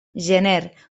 gener